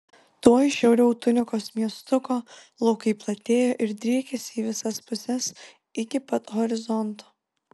tuoj šiauriau tunikos miestuko laukai platėjo ir driekėsi į visas puses iki pat horizonto